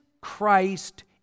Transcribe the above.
Christ